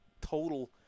total